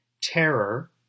terror